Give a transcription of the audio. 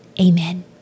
Amen